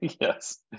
Yes